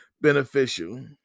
beneficial